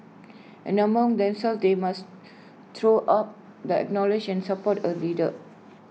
and amongst themselves they must throw up the acknowledge and support A leader